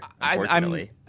Unfortunately